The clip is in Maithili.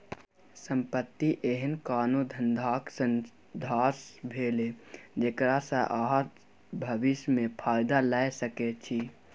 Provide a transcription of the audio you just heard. संपत्ति एहन कोनो धंधाक साधंश भेलै जकरा सँ अहाँ भबिस मे फायदा लए सकै छी